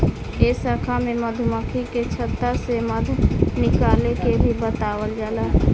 ए शाखा में मधुमक्खी के छता से मध निकाले के भी बतावल जाला